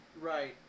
Right